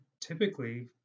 typically